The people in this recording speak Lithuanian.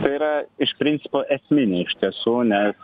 tai yra iš principo esminė iš tiesų nes